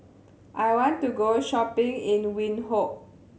I want to go shopping in Windhoek